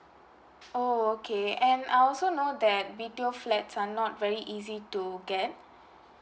oh okay and I also know that B_T_O flats are not very easy to get